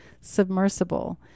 submersible